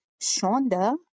Shonda